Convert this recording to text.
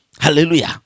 hallelujah